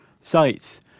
sites